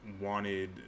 wanted